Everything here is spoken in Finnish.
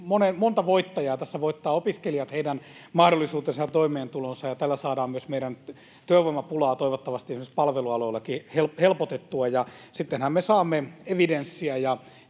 monta voittajaa. Tässä voittavat opiskelijat, heidän mahdollisuutensa ja toimeentulonsa, ja tällä saadaan myös meidän työvoimapulaa — toivottavasti esimerkiksi palvelualoillakin — helpotettua. Ja sittenhän me saamme evidenssiä